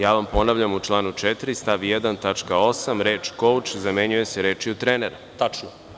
Ja vam ponavljam, u članu 4. stav 1. tačka 8) reč „kouč“ zamenjuje se rečju „trenera“